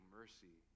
mercy